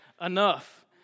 enough